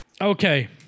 Okay